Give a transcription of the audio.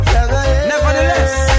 Nevertheless